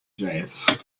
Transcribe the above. jays